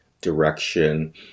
direction